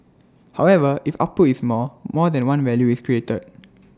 however if output is more more than one value is created